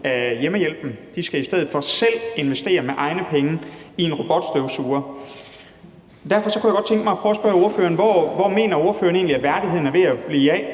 hjemmehjælpen; de skal i stedet for selv investere med egne penge i en robotstøvsuger. Derfor kunne jeg godt tænke mig at spørge ordføreren, hvor ordføreren egentlig mener at værdigheden er blevet af